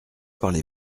parlez